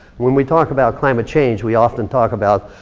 when we talk about climate change, we often talk about,